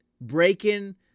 Breaking